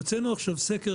הוצאנו סקר,